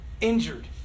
Injured